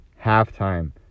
Halftime